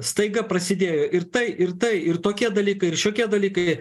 staiga prasidėjo ir tai ir tai ir tokie dalykai ir šiokie dalykai